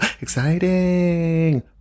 exciting